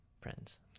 friends